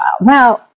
Now